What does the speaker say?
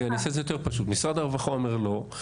משרד הרווחה אומר לא,